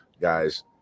guys